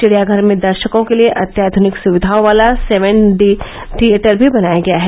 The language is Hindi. विड़ियाघर में दर्शकों के लिए अत्याध्वनिक सुविघाओं वाला सेवेन डी थिएटर भी बनाया गया है